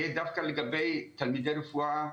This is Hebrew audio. דווקא לגבי תלמידי רפואה מהמגזר.